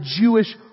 Jewish